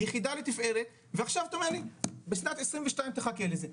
יחידה לתפארת ועכשיו אתה אומר לי בשנת 2022 תחכה לזה,